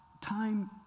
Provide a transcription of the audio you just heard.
time